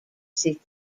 city